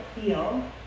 feel